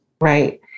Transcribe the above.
Right